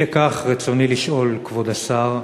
אי לכך, רצוני לשאול, כבוד השר: